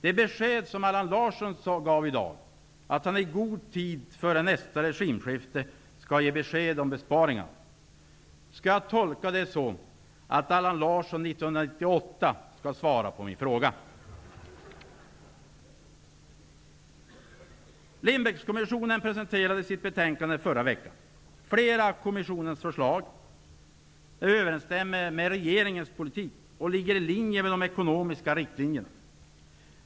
I dag gav Allan Larsson beskedet att han i god tid före nästa regimskifte skulle ge besked om besparingarna. Skall jag tolka det så att Allan Larsson kommer att svara på min fråga 1998? Lindbeckkommissionen presenterade sitt betänkande förra veckan. Flera av kommissionens förslag överensstämmer med regeringens politik och ligger i linje med de ekonomiska riktlinjerna.